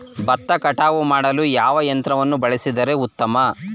ಭತ್ತವನ್ನು ಕಟಾವು ಮಾಡಲು ಯಾವ ಯಂತ್ರವನ್ನು ಬಳಸಿದರೆ ಉತ್ತಮ?